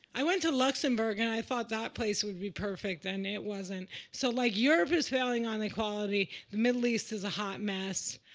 i went to luxembourg, and i thought that place would be perfect. and it wasn't. so like, europe is failing on equality. the middle east is a hot mess.